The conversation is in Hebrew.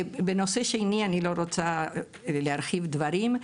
בנושא השני אני לא רוצה להרחיב דברים,